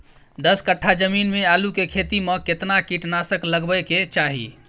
दस कट्ठा जमीन में आलू के खेती म केतना कीट नासक लगबै के चाही?